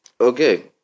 Okay